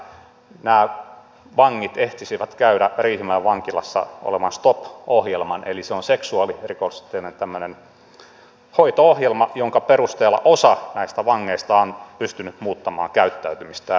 nämä vangit ehtisivät käydä riihimäen vankilassa olevan stop ohjelman eli se on seksuaalirikollisten hoito ohjelma jonka perusteella osa näistä vangeista on pystynyt muuttamaan käyttäytymistään